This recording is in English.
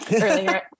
earlier